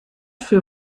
für